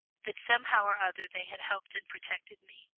that somehow or other they had helped and protected me,